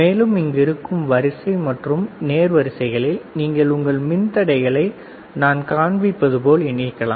மேலும் இங்கு இருக்கும் வரிசை மற்றும் நேர் வரிசைகளில் நீங்கள் உங்கள் மின் தடைகளை நான் காண்பிப்பது போல் இணைக்கலாம்